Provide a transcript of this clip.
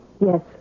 Yes